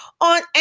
on